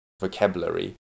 vocabulary